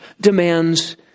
demands